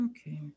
Okay